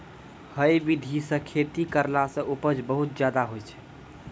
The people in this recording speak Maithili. है विधि सॅ खेती करला सॅ उपज बहुत ज्यादा होय छै